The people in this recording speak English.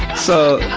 so,